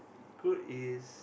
good is